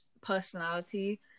personality